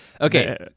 okay